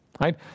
right